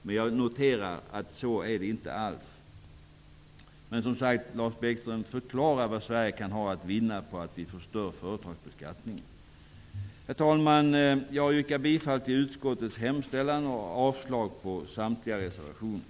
Men jag noterar att så inte är fallet. Förklara vad Sverige kan ha att vinna på att vi förstör företagsbeskattningen, Lars Bäckström! Herr talman! Jag yrkar bifall till utskottets hemställan och avslag på samtliga reservationer.